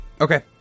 okay